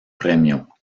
premio